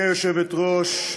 גברתי היושבת-ראש,